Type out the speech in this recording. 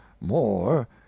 more